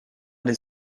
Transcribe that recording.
les